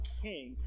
king